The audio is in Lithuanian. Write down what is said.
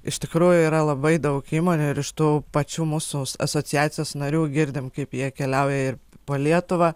iš tikrųjų yra labai daug įmonių ir iš tų pačių mūsų asociacijos narių girdim kaip jie keliauja ir po lietuvą